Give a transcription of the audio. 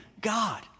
God